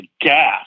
gas